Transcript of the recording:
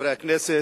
חברי הכנסת,